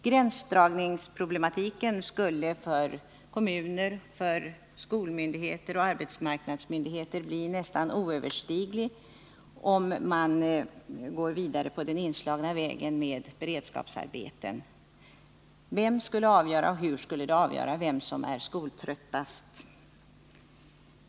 Gränsdragningsproblematiken skulle för kommuner, skolmyndigheter och arbetsmarknadsmyndigheter bli nästan oöverstiglig om man gick vidare på den inslagna vägen med beredskapsarbeten. Vem skulle avgöra och hur skulle det avgöras vem som är mest skoltrött?